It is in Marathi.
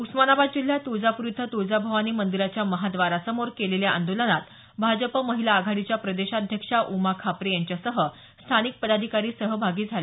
उस्मानाबाद जिल्ह्यात तुळजापूर इथं तुळजाभवानी मंदिराच्या महाद्वारासमोर केलेल्या आंदोलनात भाजप महिला आघाडीच्या प्रदेशाध्यक्षा उमा खापरे यांच्यासह स्थानिक पदाधिकारी सहभागी झाले